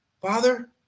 father